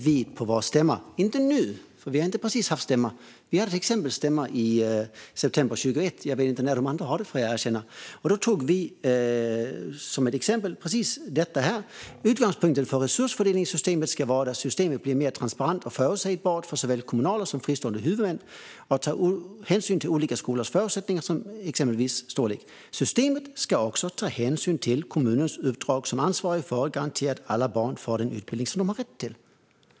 Vi hade stämma i september 2021 - jag vet inte när de andra har det, får jag erkänna - och då antog vi exempelvis detta: Utgångspunkten för resursfördelningssystemet ska vara att systemet blir mer transparent och förutsägbart för såväl kommunala som fristående huvudmän och tar hänsyn till skolors olika förutsättningar, så som till exempel storlek. Systemet ska också ta hänsyn till kommunens uppdrag som ansvarig för att garantera att alla barn får den utbildning som de har rätt till.